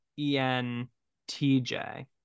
ENTJ